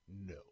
no